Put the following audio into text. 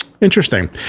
Interesting